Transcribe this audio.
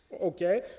okay